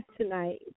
tonight